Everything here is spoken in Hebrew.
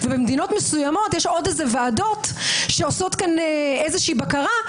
ובמדינות מסוימות יש עוד ועדות שעושות איזה בקרה,